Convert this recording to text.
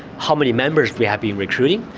how many members we have been recruiting,